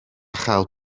chael